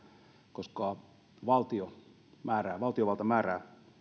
koska valtiovalta määrää